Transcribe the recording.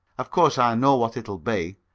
of course i know what it'll be.